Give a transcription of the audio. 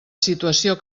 situació